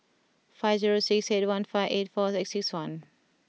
five zero six eight one five eight four six one